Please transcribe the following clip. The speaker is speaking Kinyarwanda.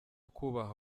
kubaha